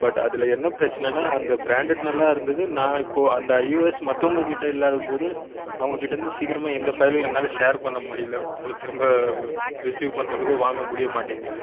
but அதில் என்ன பிரச்சினன்னா அந்த பிராண்டட் நல்லா இருந்தது நான் இப்போ அந்த யூஎஸ் மற்றவங்க கிட்டே இல்லாத போது அவங்கள் கிட்டே இருந்து சீக்கிரமாக எந்த ஃபைலும் என்னால் ஷேர் பண்ண முடியல அதை திரும்ப ரிஸிவ் பண்ணுறதுக்கும் வாங்க முடிய மாட்டேங்குது